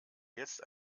jetzt